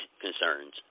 concerns